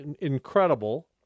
incredible